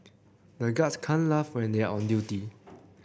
the guards can't laugh when they are on duty